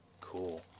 Cool